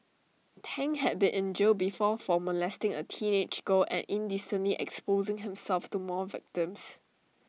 Tang had been in jail before for molesting A teenage girl and indecently exposing himself to more victims